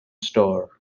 store